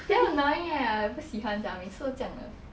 damn annoying eh 不喜欢这样没次都这样的